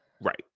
right